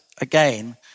again